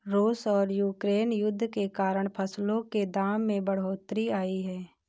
रूस और यूक्रेन युद्ध के कारण फसलों के दाम में बढ़ोतरी आई है